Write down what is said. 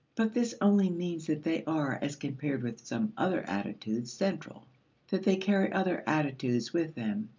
but this only means that they are, as compared with some other attitudes, central that they carry other attitudes with them.